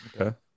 Okay